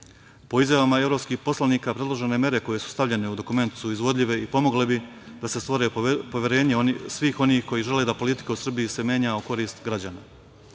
Po izjavama evropskih poslanika predložene mere koje su stavljene u dokument su izvodljive i pomogle bi da se stvore poverenje svih onih koji žele da se politika u Srbiji menja u korist